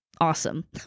awesome